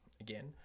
again